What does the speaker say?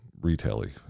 retaily